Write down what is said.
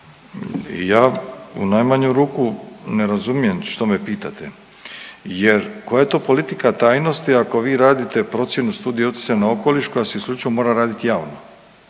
Ja u najmanju ruku ne razumijem što me pitate jer koja je to politika tajnosti ako vi radite procjenu studije utjecaja na okoliš koja se isključivo mora radit javno.